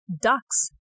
ducks